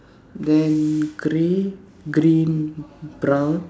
then grey green brown